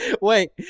Wait